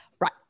Right